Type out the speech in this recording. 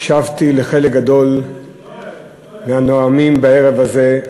הקשבתי לחלק גדול מהנואמים בערב הזה,